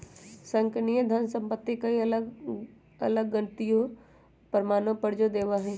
संगणकीय धन संपत्ति कई अलग अलग गणितीय प्रमाणों पर जो देवा हई